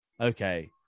okay